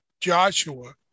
Joshua